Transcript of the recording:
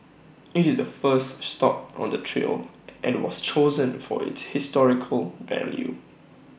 IT is the first stop on the trail and was chosen for its historical value